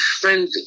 friendly